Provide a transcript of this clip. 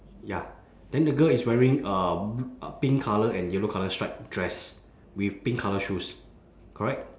ya then the girl is wearing uh b~ pink colour and yellow colour stripe dress with pink colour shoes correct